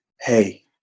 hey